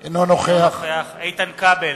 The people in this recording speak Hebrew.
אינו נוכח דני דנון,